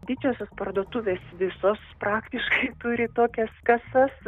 didžiosios parduotuvės visos praktiškai turi tokias kasas